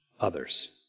others